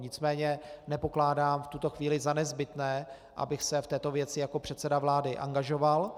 Nicméně nepokládám v tuto chvíli za nezbytné, abych se v této věci jako předseda vlády angažoval.